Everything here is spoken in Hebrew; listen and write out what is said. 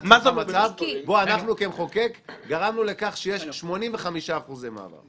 לעצמך מצב בו אנחנו כמחוקק גרמנו לכך שיש 85% מעבר.